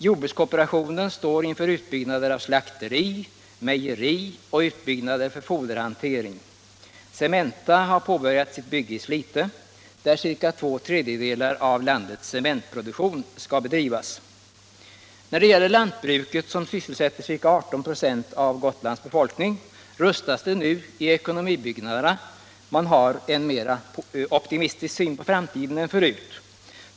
Jordbrukskooperationen står inför utbyggnader av slakteri, mejeri och foderhantering. Cementa har påbörjat sitt bygge i Slite, där ca två tredjedelar av landets cementproduktion skall försiggå. När det gäller lantbruket, som sysselsätter ca 18 26 av Gotlands befolkning, rustas det nu i ekonomibyggnaderna. Man har i dag en mera optimistisk syn på framtiden än tidigare.